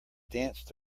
danced